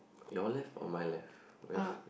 your left or my left yeah